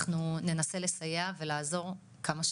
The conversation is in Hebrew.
אנחנו ננסה לסייע ולעזור כמה שניתן,